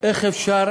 איך אפשר